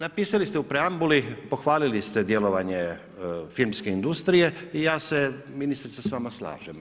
Napisali ste u preambuli, pohvalili ste djelovanje filmske industrije i ja se ministrice s vama slažem.